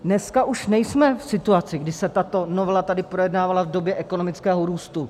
Dneska už nejsme v situaci, kdy se tato novela tady projednávala v době ekonomického růstu.